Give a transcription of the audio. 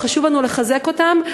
וחשוב לנו לחזק אותם.